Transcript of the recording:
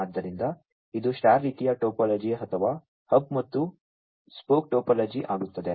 ಆದ್ದರಿಂದ ಇದು ಸ್ಟಾರ್ ರೀತಿಯ ಟೋಪೋಲಜಿ ಅಥವಾ ಹಬ್ ಮತ್ತು ಸ್ಪೋಕ್ ಟೋಪೋಲಜಿ ಆಗುತ್ತದೆ